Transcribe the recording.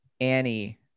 Annie